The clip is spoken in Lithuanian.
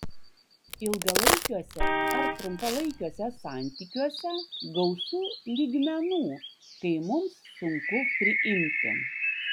ilgalaikiuose ar trumpalaikiuose santykiuose gausu lygmenų kai mums sunku priimti